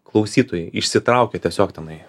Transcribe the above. klausytojai išsitraukia tiesiog tenai